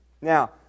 Now